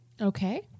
Okay